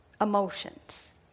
emotions